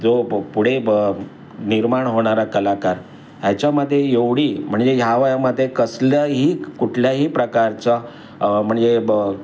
जो प पुढे ब निर्माण होणारा कलाकार ह्याच्यामध्ये एवढी म्हणजे ह्या वयामध्ये कसल्याही कुठल्याही प्रकारचा म्हणजे ब